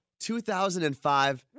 2005